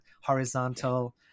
horizontal